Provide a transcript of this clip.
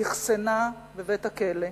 אכסנה בבית-הכלא.